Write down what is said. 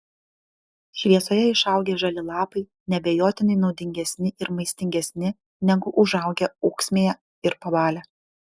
šviesoje išaugę žali lapai neabejotinai naudingesni ir maistingesni negu užaugę ūksmėje ir pabalę